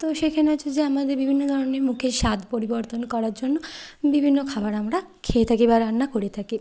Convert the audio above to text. তো সেখানে হচ্ছে যে আমাদের বিভিন্ন ধরনের মুখের স্বাদ পরিবর্তন করার জন্য বিভিন্ন খাবার আমরা খেয়ে থাকি বা রান্না করে থাকি